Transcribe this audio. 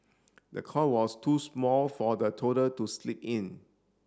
the cot was too small for the toddler to sleep in